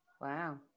Wow